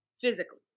physically